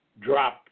drop